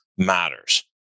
matters